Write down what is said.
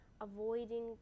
avoiding